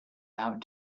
out